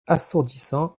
assourdissant